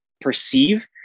perceive